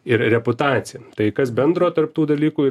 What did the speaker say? ir reputaciją tai kas bendro tarp tų dalykų